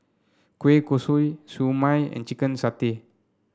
Kueh Kosui Siew Mai and Chicken Satay